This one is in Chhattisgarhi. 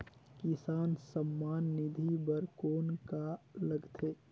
किसान सम्मान निधि बर कौन का लगथे?